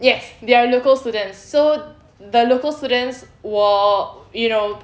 yes they are local students so the local students were you know